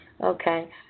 Okay